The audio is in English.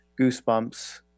goosebumps